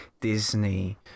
Disney